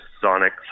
sonic